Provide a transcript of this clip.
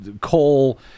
coal